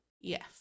Yes